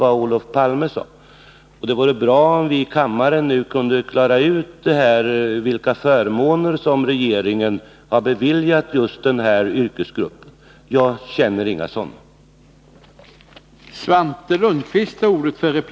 Det vore bra om vi nu här i kammaren kunde klara ut vilka förmåner regeringen har beviljat just den aktuella yrkesgruppen. Jag känner inte till några sådana.